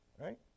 right